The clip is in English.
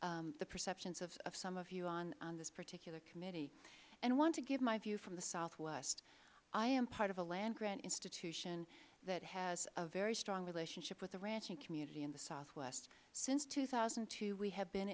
behind the perceptions of some of you on this particular committee and want to give my view from the southwest i am part of a land grant institution that has a very strong relationship with the ranching community in the southwest since two thousand and two we have been